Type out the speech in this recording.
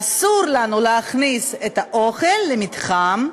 אסור לכם להכניס את האוכל למתחם,